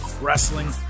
wrestling